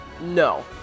No